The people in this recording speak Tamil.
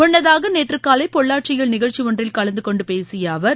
முன்னதாக நேற்று காலை பொள்ளாச்சியில் நிகழ்ச்சி ஒன்றில் கலந்து கொண்டு பேசிய அவர்